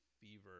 fever